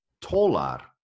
tolar